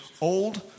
old